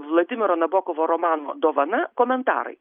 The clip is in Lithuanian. vladimiro nabokovo romano dovana komentarai